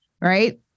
right